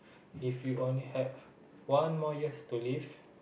if you only have one more years to live